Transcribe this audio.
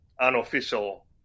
unofficial